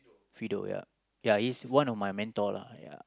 Fido ya ya he's one of my mentor lah ya